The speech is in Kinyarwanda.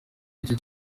nicyo